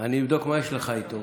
אני אבדוק מה יש לך איתו.